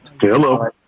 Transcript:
Hello